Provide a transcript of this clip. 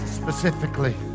specifically